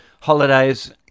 Holidays